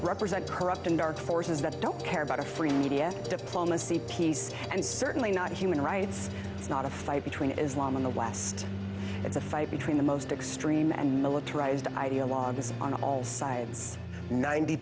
represent corrupt and dark forces that don't care about a free media diplomacy piece and certainly not human rights is not a fight between islam and the west it's a fight between the most extreme and militarized ideologues on all sides ninety